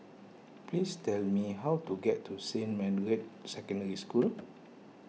please tell me how to get to Saint Margaret's Secondary School